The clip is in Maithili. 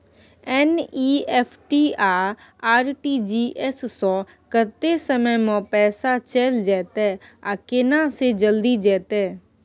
एन.ई.एफ.टी आ आर.टी.जी एस स कत्ते समय म पैसा चैल जेतै आ केना से जल्दी जेतै?